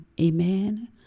Amen